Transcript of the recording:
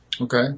Okay